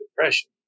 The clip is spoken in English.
depression